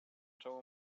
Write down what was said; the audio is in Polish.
czemu